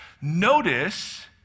notice